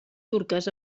turques